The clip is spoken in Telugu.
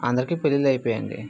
అందరికి పెళ్లిళ్ళు అయిపోయాయి అండి